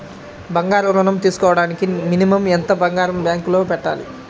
బంగారం ఋణం తీసుకోవడానికి మినిమం ఎంత బంగారం బ్యాంకులో పెట్టాలి?